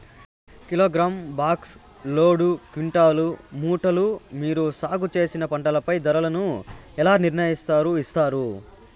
Kilogram, box, load, quintal, మూటలు మీరు సాగు చేసిన పంటపై ధరలను ఎలా నిర్ణయిస్తారు యిస్తారు?